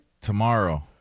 Tomorrow